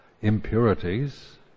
impurities